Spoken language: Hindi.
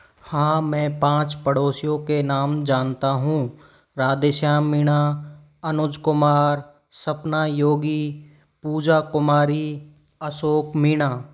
हाँ मैं पाँच पड़ोसियों के नाम जानता हूँ राधेश्याम मीणा अनुज कुमार सपना योगी पूजा कुमारी अशोक मीणा